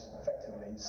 effectively